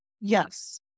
Yes